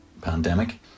pandemic